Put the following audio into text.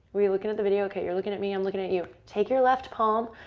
were you looking at the video? okay, you're looking at me, i'm looking at you. take your left palm,